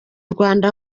rwanda